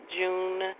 June